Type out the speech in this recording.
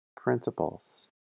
principles